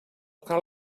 cal